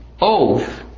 oath